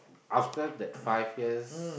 after that five years